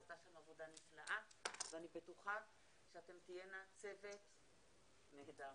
עשתה שם עבודה נפלאה ואני בטוחה שאתן תהיינה צוות נהדר.